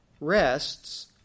rests